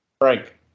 Frank